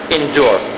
endure